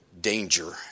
danger